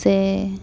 ᱥᱮ